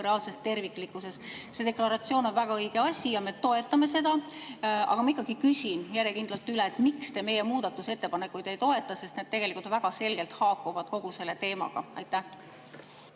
territoriaalsest terviklikkusest. See deklaratsioon on väga õige asi ja me toetame seda, aga ma ikkagi küsin järjekindlalt üle, miks te meie muudatusettepanekuid ei toeta, sest need tegelikult väga selgelt haakuvad kogu selle teemaga. Aitäh,